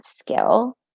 skill